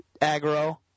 aggro